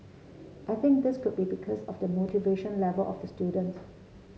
I think this could be because of the motivation level of the students